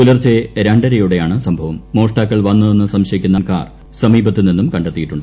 പുലർച്ചെ രണ്ടരയോടെയാണ് സൃഷ്ടിപ്പ് മോഷ്ടാക്കൾ വന്നതെന്ന് സംശയിക്കുന്ന വാഗണർ കാർ സമീപ്പത്ത് നിന്നും കണ്ടെത്തിയിട്ടുണ്ട്